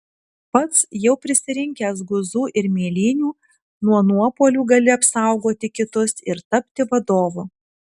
pats jau prisirinkęs guzų ir mėlynių nuo nuopuolių gali apsaugoti kitus ir tapti vadovu